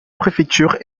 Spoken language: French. préfecture